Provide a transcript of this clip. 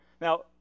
Now